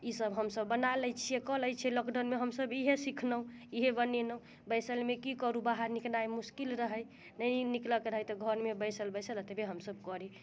ई सब हमसब बना लैत छियै कऽ लैत छियै लॉकडाउनमे हमसब इहे सीखलहुँ इहे बनेलहुँ बैसलमे की करू बाहर निकलनाइ मुश्किल रहै नहि निकलऽ के रहै तऽ घरमे बैसल बैसल ओतबे हमसब करी